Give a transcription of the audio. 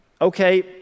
okay